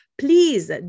please